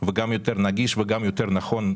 גם יותר נגיש וגם יותר נכון,